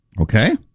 Okay